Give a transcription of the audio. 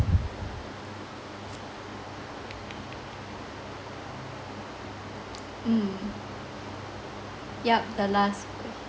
mm yup the last girl